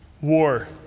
war